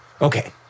Okay